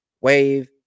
Wave